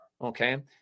Okay